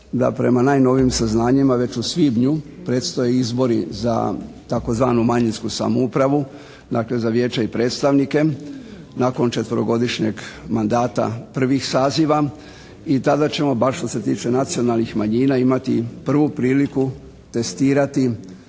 da prema najnovijim saznanjima već u svibnju predstoje izbori za tzv. manjinsku samoupravu, dakle za vijeće i predstavnike nakon četverogodišnjeg mandata prvih saziv i tada ćemo baš što se tiče nacionalnih manjina imati prvu priliku testirati